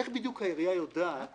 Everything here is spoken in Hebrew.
איך בדיוק העירייה יודעת